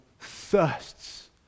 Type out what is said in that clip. thirsts